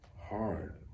hard